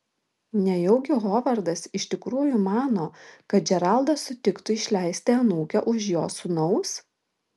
nejaugi hovardas iš tikrųjų mano kad džeraldas sutiktų išleisti anūkę už jo sūnaus